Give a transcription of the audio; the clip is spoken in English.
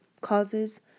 causes